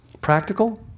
Practical